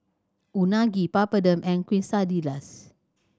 Unagi Papadum and Quesadillas